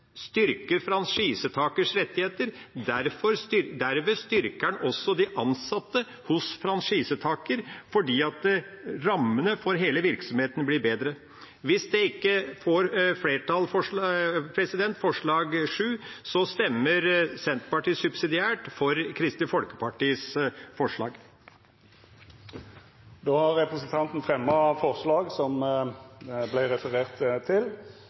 styrker franchisetakers rettigheter, og jeg vil understreke det siste: styrke franchisetakers rettigheter. Derved styrker man også de ansatte hos franchisetaker, fordi rammene for hele virksomheten blir bedre. Hvis forslag nr. 7 ikke får flertall, stemmer Senterpartiet subsidiært for Kristelig Folkepartis forslag. Representanten Per Olaf Lundteigen har teke opp det forslaget han refererte til.